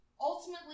Ultimately